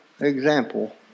example